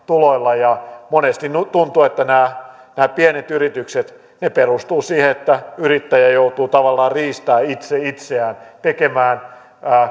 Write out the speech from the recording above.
tuloilla ja monesti tuntuu että nämä nämä pienet yritykset perustuvat siihen että yrittäjä joutuu tavallaan riistämään itse itseään tekemään